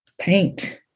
paint